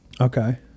Okay